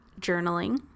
journaling